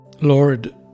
Lord